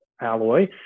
Alloy